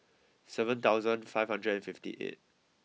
seven thousand five hundred and fifty eight